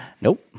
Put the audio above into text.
Nope